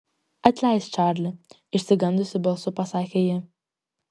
atleisk čarli išsigandusi balsu pasakė ji